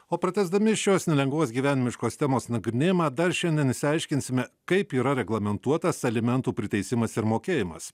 o pratęsdami šios nelengvos gyvenimiškos temos nagrinėjimą dar šiandien išsiaiškinsime kaip yra reglamentuotas alimentų priteisimas ir mokėjimas